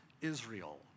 Israel